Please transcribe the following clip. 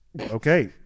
Okay